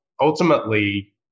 ultimately